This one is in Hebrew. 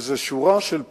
וזו שורה של פעולות,